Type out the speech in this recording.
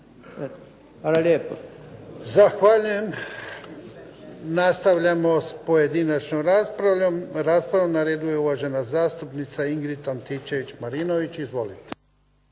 Ivan (HDZ)** Zahvaljujem. Nastavljamo s pojedinačnom raspravom. Na redu je uvažena zastupnica Ingrid Antičević-Marinović. Izvolite.